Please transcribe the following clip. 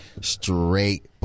straight